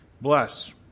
Bless